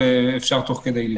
אפשר תוך כדי לבדוק.